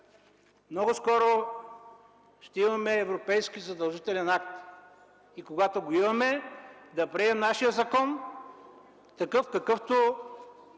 Много скоро ще имаме европейски задължителен акт и когато го имаме, да приемем нашия закон такъв, какъвто